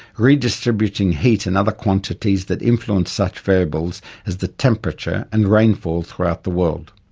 re-distributing heat and other quantities that influence such variables as the temperature and rainfall throughout the world.